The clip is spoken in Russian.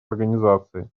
организации